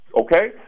okay